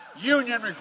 Union